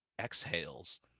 exhales